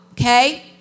Okay